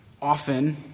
Often